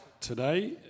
today